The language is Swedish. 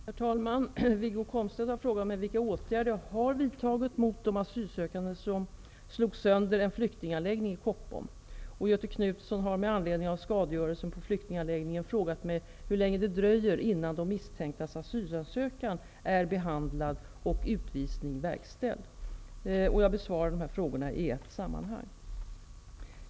Herr talman! Wiggo Komstedt har frågat mig vilka åtgärder jag har vidtagit mot de asylsökande som slog sönder en flyktingförläggning i Koppom. Göthe Knutson har med anledning av skadegörelsen på flyktingförläggningen frågat mig hur länge det dröjer innan de misstänktas asylansökan är behandlad och utvisning verkställd. Jag besvarar frågorna i ett sammanhang.